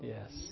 Yes